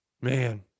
Man